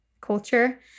culture